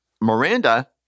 Miranda